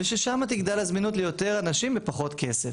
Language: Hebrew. וששם תגדל הזמינות ליותר אנשים בפחות כסף.